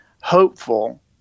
hopeful